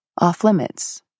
off-limits